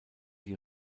die